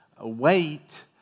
wait